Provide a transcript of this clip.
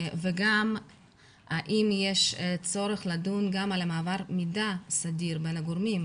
וגם האם יש צורך לדון גם על מעבר מידע סדיר בין הגורמים,